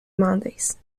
mondays